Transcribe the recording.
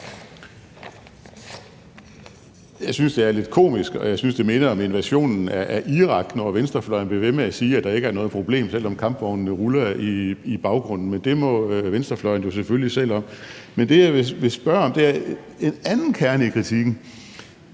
Jeg synes, det er lidt komisk, og jeg synes, det minder om invasionen af Irak, når venstrefløjen bliver ved med at sige, at der ikke er noget problem, selv om kampvognene ruller i baggrunden. Men det må venstrefløjen jo selvfølgelig selv om. Men det, jeg vil spørge om, er om en anden kerne i kritikken